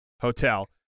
hotel